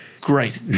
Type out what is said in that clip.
Great